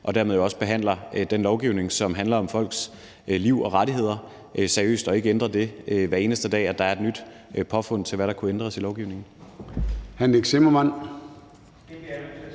og dermed også behandler den lovgivning, som handler om folks liv og rettigheder, seriøst og ikke ændrer den, hver eneste dag der er et nyt påfund om, hvad der kunne ændres i lovgivningen.